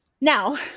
Now